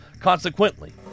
Consequently